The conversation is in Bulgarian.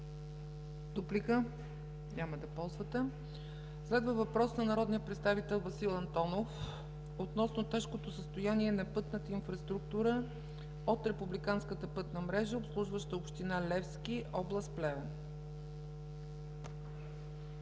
Дуплика? Няма да ползвате. Следва въпрос на народния представител Васил Антонов относно тежкото състояние на пътната инфраструктура от републиканската пътна мрежа, обслужваща община Левски, област Плевен.